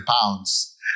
pounds